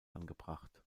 angebracht